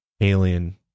Alien